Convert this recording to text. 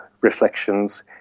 reflections